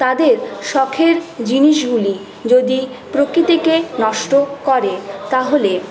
তাদের সখের জিনিসগুলি যদি প্রকৃতিকে নষ্ট করে তাহলে